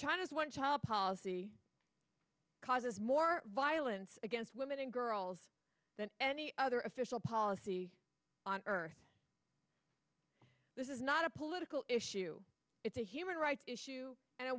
china's one child policy causes more violence against women and girls than any other official policy on earth this is not a political issue it's a human rights issue and a